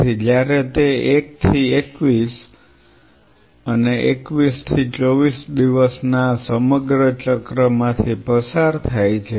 તેથી જ્યારે તે 1 થી 21 21 થી 24 દિવસના આ સમગ્ર ચક્રમાંથી પસાર થાય છે